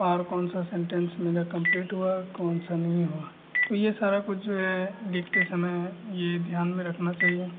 और कौन सा सेंटेंस मेरा कम्पलीट हुआ कौन सा नहीं हुआ तो यह सारा कुछ जो है लिखते समय यह ध्यान में रखना चाहिए